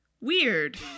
weird